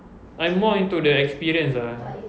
I'm more into the experience ah